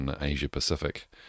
Asia-Pacific